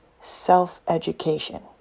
self-education